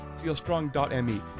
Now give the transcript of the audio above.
feelstrong.me